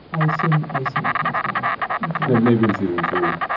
i assume i assume it comes back maybe in season three.